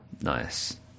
Nice